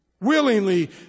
willingly